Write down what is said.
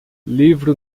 livro